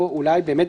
פה זה לא אותו הדבר.